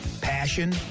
passion